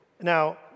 Now